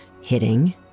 hitting